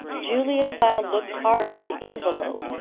julia cloud looked hard at the envelope.